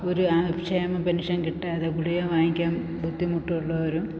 ഒരു ആ ക്ഷേമ പെൻഷൻ കിട്ടാതെ ഗുളിക വാങ്ങിക്കാൻ ബുദ്ധിമുട്ടുള്ളവരും